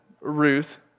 Ruth